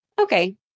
Okay